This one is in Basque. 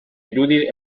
irudi